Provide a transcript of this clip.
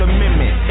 Amendment